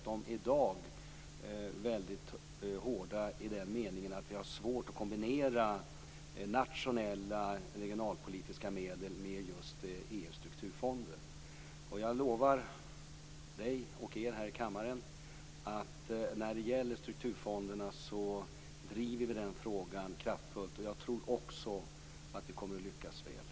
I dag är de väldigt hårda i den meningen att vi har svårt att kombinera nationella regionalpolitiska medel med just Jag lovar Åsa Torstensson och övriga här i kammaren att vi när det gäller strukturfonderna kraftfullt driver frågan och jag tror att vi kommer att lyckas väl.